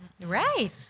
Right